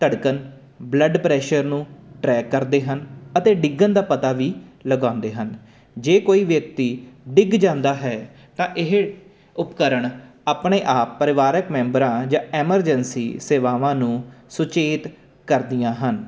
ਧੜਕਨ blood pressure ਨੂੰ track ਕਰਦੇ ਹਨ ਅਤੇ ਡਿੱਗਣ ਦਾ ਪਤਾ ਵੀ ਲਗਾਉਂਦੇ ਹਨ ਜੇ ਕੋਈ ਵਿਅਕਤੀ ਡਿੱਗ ਜਾਂਦਾ ਹੈ ਤਾਂ ਇਹ ਉਪਕਰਣ ਆਪਣੇ ਆਪ ਪਰਿਵਾਰਿਕ ਮੈਂਬਰਾਂ ਜਾਂ ਐਮਰਜੈਂਸੀ ਸੇਵਾਵਾਂ ਨੂੰ ਸੁਚੇਤ ਕਰਦੀਆਂ ਹਨ